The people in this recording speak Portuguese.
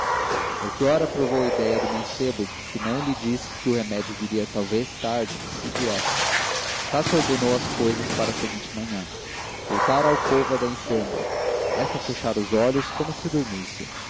achemos melchior aprovou a idéia do mancebo e não lhe disse que o remédio viria talvez tarde se viesse estácio ordenou as coisas para a seguinte manhã voltaram à alcova da enferma esta fechara os olhos como se dormisse